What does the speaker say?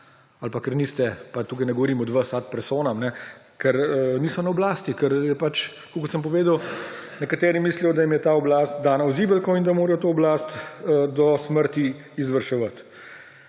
ali pa ker niste, pa tukaj ne govorim od vas ad personam. Ker niso na oblasti, ker pač, kakor sem povedal, nekateri mislijo, da jim je ta oblast dana v zibelko in da morajo to oblast do smrti izvrševati.